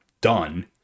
done